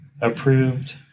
approved